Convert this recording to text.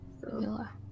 Villa